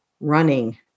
running